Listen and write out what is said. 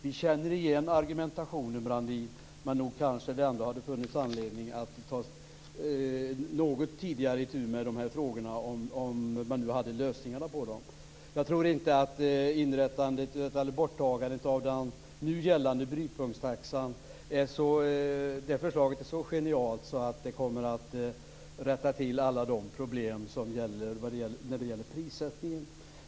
Vi känner igen argumentationen, Brandin, men det hade kanske funnits anledning att något tidigare ta itu med dessa frågor, om man nu hade haft lösningarna på dem. Jag tror inte att förslaget om borttagandet av den nu gällande brytpunktstaxan är så genialt att det kommer att rätta till alla problem när det gäller prissättningen.